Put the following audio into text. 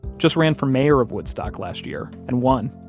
just ran for mayor of woodstock last year and won,